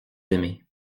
aimés